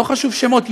לא חשוב שמות,